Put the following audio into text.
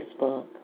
Facebook